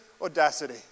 Audacity